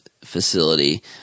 facility